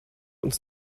uns